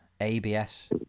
ABS